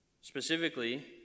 Specifically